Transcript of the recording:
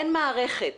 אין מערכת